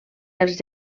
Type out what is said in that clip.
els